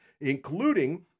including